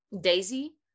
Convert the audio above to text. Daisy